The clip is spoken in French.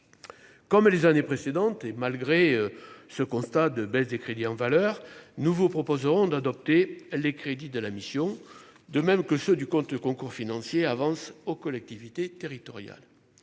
comme les années précédentes, et malgré ce constat de baisse des crédits en valeur, nous vous proposerons d'adopter les crédits de la mission, de même que ceux du compte de concours financiers avances aux collectivités territoriales,